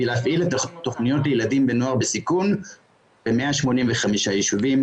כדי להפעיל את התכניות לילדים ונוער בסיכון ב-185 ישובים,